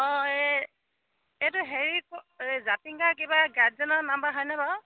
অঁ এই এইটো হেৰি এই জাতিংগা কিবা নাম্বাৰ হয়নে বাৰু